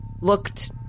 looked